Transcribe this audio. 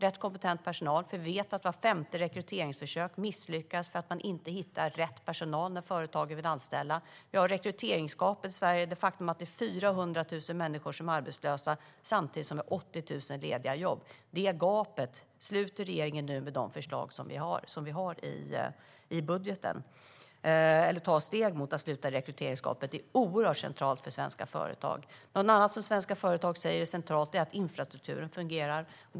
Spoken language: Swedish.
Vi vet nämligen att var femte rekryteringsförsök misslyckas för att företagen inte hittar rätt personal när de ska anställa. Vi har ett rekryteringsgap i Sverige. Det är ett faktum att 400 000 människor är arbetslösa samtidigt som vi har 80 000 lediga jobb. Detta gap tar regeringen nu steg för att sluta med de förslag som vi har i budgeten. Det är oerhört centralt för svenska företag. En annan sak som svenska företag säger är centralt är att infrastrukturen fungerar.